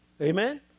Amen